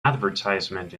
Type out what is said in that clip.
advertisement